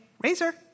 razor